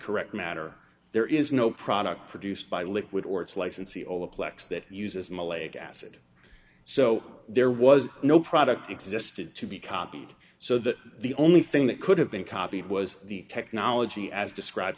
correct matter there is no product produced by liquid or its licensee all the plex that uses malaysia acid so there was no product existed to be copied so that the only thing that could have been copied was the technology as describe